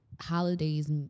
holidays